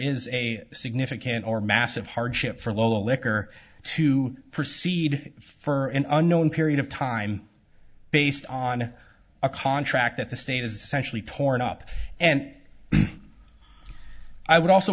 is a significant or massive hardship for local liquor to proceed for an unknown period of time based on a contract that the state is essentially torn up and i would also